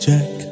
Jack